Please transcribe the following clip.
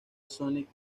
sonic